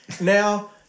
Now